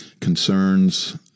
concerns